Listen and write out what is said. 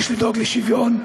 יש לדאוג לשוויון,